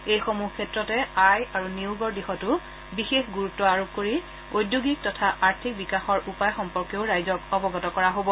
এইসমূহ ক্ষেত্ৰতে আয় আৰু নিয়োগৰ ক্ষেত্ৰতো বিশেষ গুৰুত্ আৰোপ কৰি উদ্যোগিক তথা আৰ্থিক বিকাশৰ উপায় সম্পৰ্কেও ৰাইজক অৱগত কৰা হ'ব